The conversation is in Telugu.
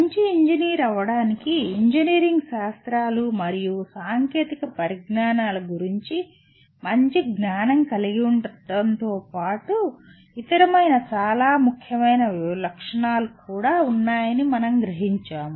మంచి ఇంజనీర్ అవ్వడానికి ఇంజనీరింగ్ శాస్త్రాలు మరియు సాంకేతిక పరిజ్ఞానాల గురించి మంచి జ్ఞానం కలిగి ఉండటంతో పాటు ఇతరమైన చాలా ముఖ్యమైన లక్షణాలు కూడా ఉన్నాయని మనం గ్రహించాము